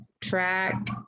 track